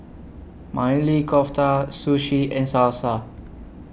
Maili Kofta Sushi and Salsa